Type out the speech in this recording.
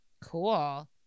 Cool